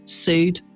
sued